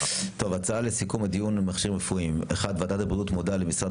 הצהרה לסיכון הדיון על מכשירים רפואיים: ועדת הבריאות מודה למשרד